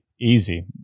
Easy